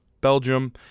belgium